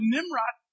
Nimrod